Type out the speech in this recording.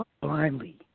blindly